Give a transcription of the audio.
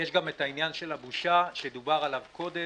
יש גם את העניין של הבושה, שדובר עליו קודם: